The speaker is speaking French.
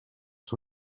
sur